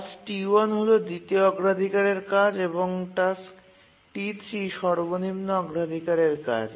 task T1 হল দ্বিতীয় অগ্রাধিকারের কাজ এবং টাস্ক T3 সর্বনিম্ন অগ্রাধিকারের কাজ